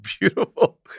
beautiful